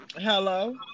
Hello